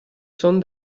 son